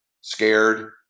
Scared